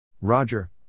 Roger